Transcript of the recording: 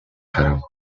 харав